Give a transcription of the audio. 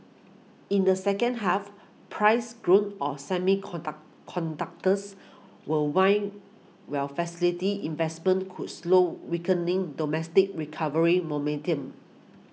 in the second half price growth of semiconductors will wane while facility investments could slow weakening domestic recovery momentum